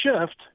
shift